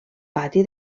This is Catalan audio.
pati